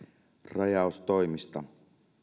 rajaustoimista